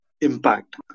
impact